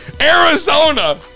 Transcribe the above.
Arizona